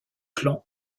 clan